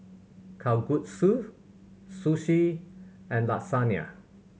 Kalguksu Sushi and Lasagna